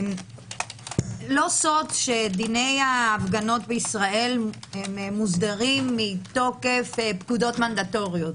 לא סוד שדיני ההפגנות בישראל מוסדרים מתוקף פקודות מנדטוריות,